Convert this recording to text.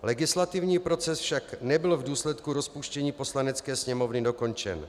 Legislativní proces však nebyl v důsledku rozpuštění Poslanecké sněmovny dokončen.